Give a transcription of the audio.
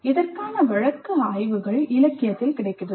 இதற்கான வழக்கு ஆய்வுகள் இலக்கியத்தில் கிடைக்கிறது